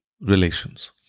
relations